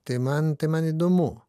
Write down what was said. tai man tai man įdomu